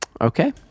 Okay